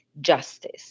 justice